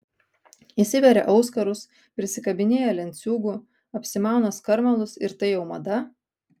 įsiveria auskarus prisikabinėja lenciūgų apsimauna skarmalus ir tai jau mada